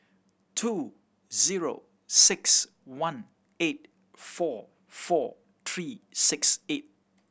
two zero six one eight four four three six eight